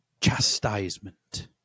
chastisement